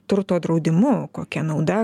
turto draudimu kokia nauda